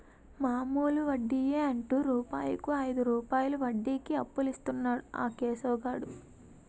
మామూలు వడ్డియే అంటు రూపాయికు ఐదు రూపాయలు వడ్డీకి అప్పులిస్తన్నాడు ఆ కేశవ్ గాడు